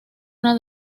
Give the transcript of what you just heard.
una